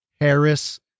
Harris